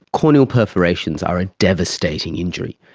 corneal perforations are a devastating injury.